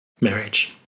marriage